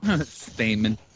Stamen